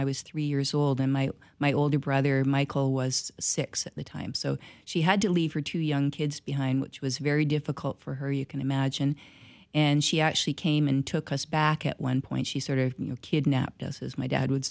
i was three years old and my my older brother michael was six at the time so she had to leave her two young kids behind which was very difficult for her you can imagine and she actually came and took us back at one point she sort of you know kidnapped us as my dad would